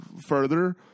further